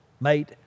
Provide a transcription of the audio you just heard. mate